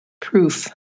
proof